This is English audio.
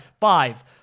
five